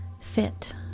fit